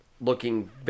looking